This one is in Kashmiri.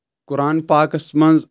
قۄران پاکَس منٛز